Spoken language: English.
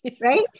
Right